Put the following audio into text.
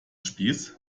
spieß